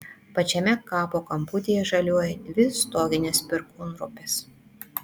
pačiame kapo kamputyje žaliuoja dvi stoginės perkūnropės